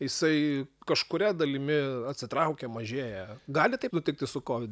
jisai kažkuria dalimi atsitraukia mažėja gali taip nutikti su covid